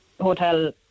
hotel